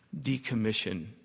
decommission